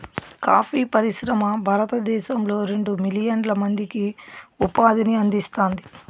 coffee పరిశ్రమ భారతదేశంలో రెండు మిలియన్ల మందికి ఉపాధిని అందిస్తాంది